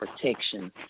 protection